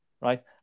Right